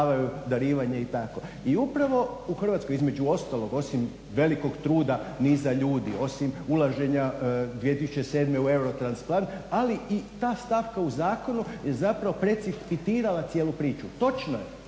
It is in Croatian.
u upravo u Hrvatskoj između ostalog osim velikog truda niza ljudi, osim ulaženja 2007. u eurotransplant, ali i ta stavka u zakonu je zapravo …/Govornik se ne razumije./… cijelu priču. Točno je